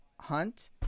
Hunt